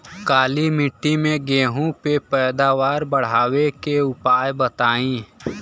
काली मिट्टी में गेहूँ के पैदावार बढ़ावे के उपाय बताई?